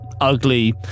ugly